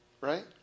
right